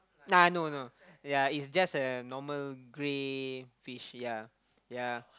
ah no no ya it's just a normal grey fish ya ya